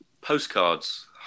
postcards